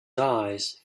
eyes